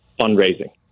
fundraising